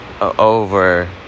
over